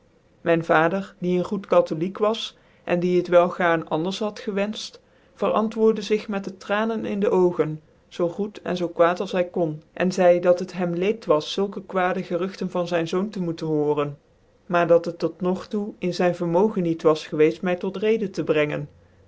mijn vader die ccn goed cathoüjk was en die het wel gaarn anders had gewend verantwoorde zig met de tranen in de ogen zoo goet en zoo quaat als hy kondc cn cidc dat het hem leed was uuf van zijn zoon te moeten hooren miar dac het toe nog toe in zijn vermogen niet was gewcclt my toe reden te brengen